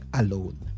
alone